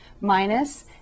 minus